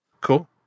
Cool